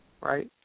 right